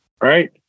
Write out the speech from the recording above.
right